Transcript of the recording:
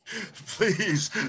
please